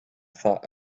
thought